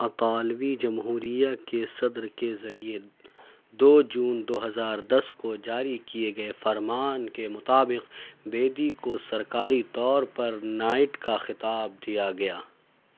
اطالوی جمہوریہ کے صدر کے ذریعہ دو جون دو ہزار دس کو جاری کیے گئے فرمان کے مطابق بیدی کو سرکاری طور پر نائٹ کا خطاب دیا گیا